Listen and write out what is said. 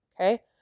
Okay